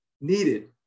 needed